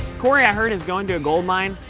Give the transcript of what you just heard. cory, i heard, is going to a gold mine.